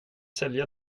sälja